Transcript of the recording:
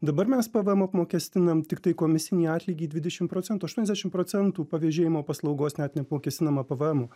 dabar mes pvm apmokestinam tiktai komisinį atlygį dvidešimt procentų aštuoniasdešimt procentų pavėžėjimo paslaugos net neapmokestinama pvmu